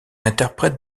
interprètent